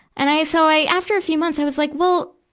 and i, so i, after a few months, i was like, well,